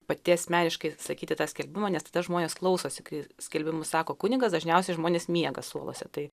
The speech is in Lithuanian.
pati asmeniškai sakyti tą skelbimą nes tada žmonės klausosi kai skelbimus sako kunigas dažniausiai žmonės miega suoluose tai